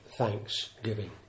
thanksgiving